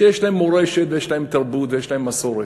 שיש להם מורשת ויש להם תרבות ויש להם מסורת,